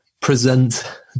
present